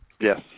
Yes